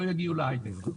לא יגיעו להיי-טק.